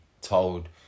told